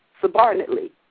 subordinately